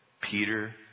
Peter